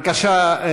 בבקשה,